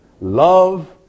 Love